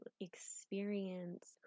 experience